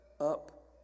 up